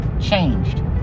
changed